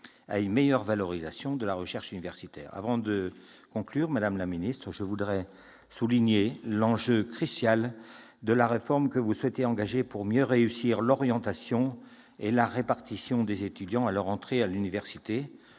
à une meilleure valorisation de la recherche universitaire. Avant de conclure, madame la ministre, je veux souligner l'enjeu crucial de la réforme que vous souhaitez engager pour mieux réussir l'orientation et la répartition des étudiants à leur entrée à l'université.